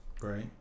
Right